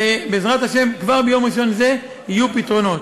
ובעזרת השם כבר ביום ראשון זה יהיו פתרונות.